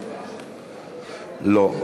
לא.